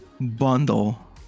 bundle